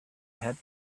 had